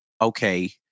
okay